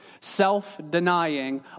self-denying